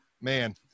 man